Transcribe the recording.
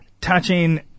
touching